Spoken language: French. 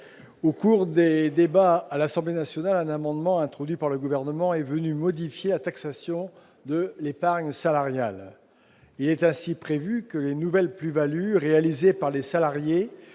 Au cours des débats à l'Assemblée nationale, un amendement introduit par le Gouvernement est venu modifier la taxation de l'épargne salariale. Il est ainsi prévu que les nouvelles plus-values réalisées par les salariés